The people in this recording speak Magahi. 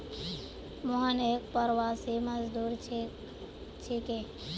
मोहन एक प्रवासी मजदूर छिके